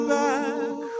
back